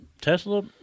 Tesla